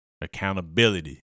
accountability